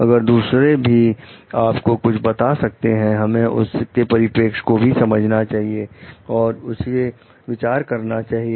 अगर दूसरे भी आपको कुछ बता सकते हैं हमें उनके परिपेक्ष को भी समझना चाहिए और उसे विचार करना चाहिए